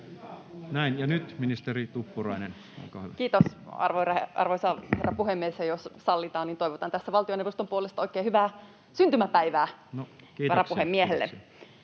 Näin. — Ja nyt ministeri Tuppurainen, olkaa hyvä. Kiitos, arvoisa herra puhemies, ja jos sallitaan, niin toivotan tässä valtioneuvoston puolesta oikein hyvää syntymäpäivää varapuhemiehelle!